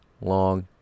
long